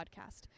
podcast